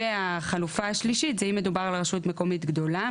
והחלופה השלישית זה אם מדובר על רשות מקומית גדולה,